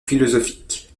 philosophique